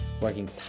working